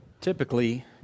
typically